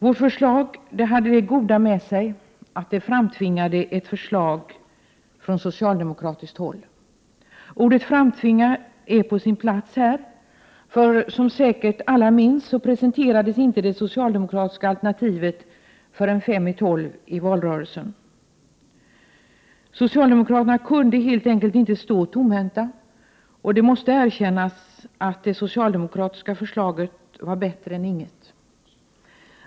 Vårt förslag hade det goda med sig, att det framtvingade ett förslag från socialdemokratiskt håll. Ordet ”framtvinga” är faktiskt på sin plats här, för som säkert alla minns presenterades inte det socialdemokratiska alternativet förrän fem i tolv i valrörelsen. Socialdemokraterna kunde helt enkelt inte stå tomhänta — och det måste erkännas att det socialdemokratiska förslaget var bättre än ingenting.